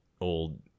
old